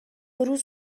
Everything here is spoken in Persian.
روز